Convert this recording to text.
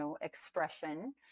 expression